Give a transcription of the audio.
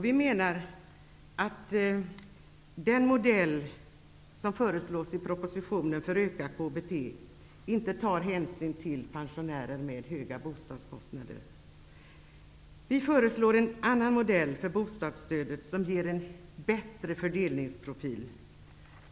Vi menar att den modell för ökat KBT som föreslås i propositionen inte tar hänsyn till pensionärer med höga bostadskostnader. Vi föreslår en annan modell för bostadsstöd, som ger en bättre fördelningsprofil.